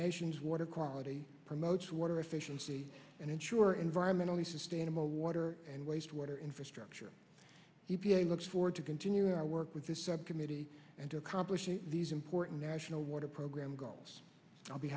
nation's water quality promotes water efficiency and ensure environmentally sustainable water and wastewater infrastructure e p a looks forward to continuing our work with this subcommittee and to accomplish these important national water program goals i'll be